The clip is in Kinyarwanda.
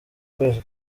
kwezi